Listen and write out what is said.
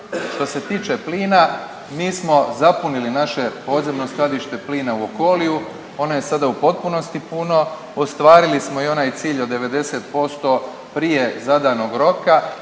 Što se tiče plina, mi smo zapunili naše podzemno skladište plina u Okoliu, ono je sada u potpunosti puno, ostvarili smo i onaj cilj od 90% prije zadanog roka.